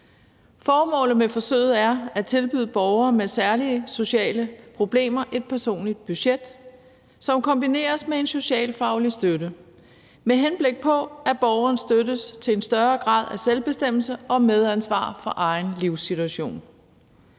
Formålet med forsøget er at tilbyde borgere med særlige sociale problemer et personligt budget, som kombineres med en socialfaglig støtte, med henblik på at borgeren støttes til en større grad af selvbestemmelse og medansvar for egen livssituation.